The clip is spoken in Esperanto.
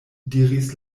diris